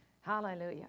Hallelujah